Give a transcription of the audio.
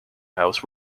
house